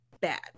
bad